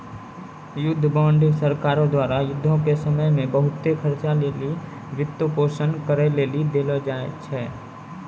युद्ध बांड सरकारो द्वारा युद्धो के समय मे बहुते खर्चा लेली वित्तपोषन करै लेली देलो जाय छै